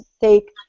take